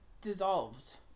dissolved